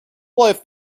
life